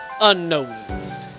unnoticed